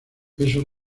eso